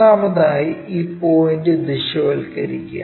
ഒന്നാമതായി ഈ പോയിന്റ് ദൃശ്യവൽക്കരിക്കുക